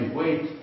wait